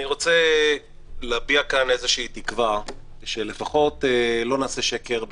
אני רוצה להביע כאן איזושהי תקווה שלפחות לא נעשה שקר בנפשנו.